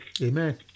Amen